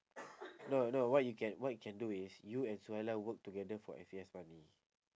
no no what you can what you can do is you and suhaila work together for F_A_S money